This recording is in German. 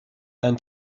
ein